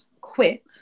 quit